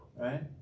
right